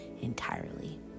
entirely